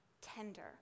tender